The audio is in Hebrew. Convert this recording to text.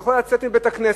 יכול לצאת מבית-הכנסת,